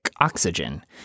oxygen